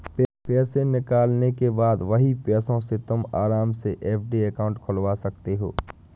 पैसे निकालने के बाद वही पैसों से तुम आराम से एफ.डी अकाउंट खुलवा सकते हो